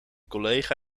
collega